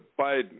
Biden